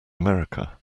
america